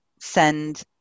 send